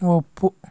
ಒಪ್ಪು